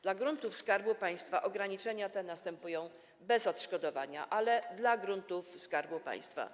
Dla gruntów Skarbu Państwa ograniczenia te następują bez odszkodowania, podkreślam: dla gruntów Skarbu Państwa.